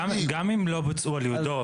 גם אם לא בוצעו על ידו,